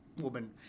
woman